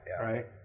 right